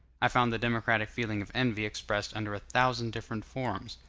i found the democratic feeling of envy expressed under a thousand different forms.